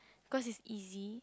cause it's easy